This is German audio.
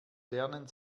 lernen